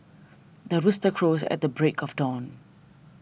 the rooster crows at the break of dawn